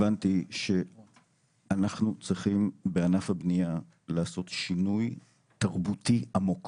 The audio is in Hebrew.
הבנתי שאנחנו צריכים בענף הבנייה לעשות שינוי תרבותי עמוק